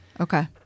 Okay